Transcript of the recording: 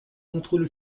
contrôle